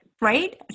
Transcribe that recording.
right